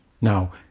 Now